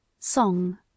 Song